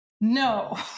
no